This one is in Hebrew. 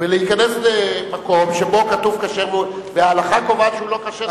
ולהיכנס למקום שבו כתוב "כשר" וההלכה קובעת שזה לא כשר,